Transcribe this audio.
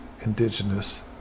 indigenous